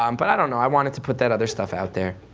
um but i don't know. i wanted to put that other stuff out there.